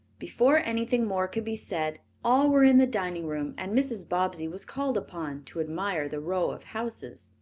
before anything more could be said all were in the dining room and mrs. bobbsey was called upon to admire the row of houses.